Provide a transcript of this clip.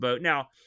Now